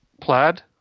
Plaid